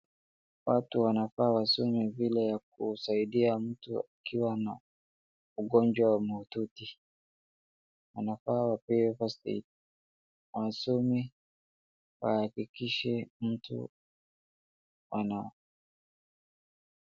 Watu wanafaa wasome vile ya kusaidia mtu akiwa na ugonjwa wa mahututi. Wanafaa wapewe first aid . Wasome wahakikishe mtu ana.....